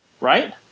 Right